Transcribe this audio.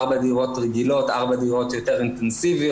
ארבע דירות רגילות, ארבע דירות יותר אינטנסיביות.